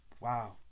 Wow